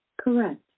Correct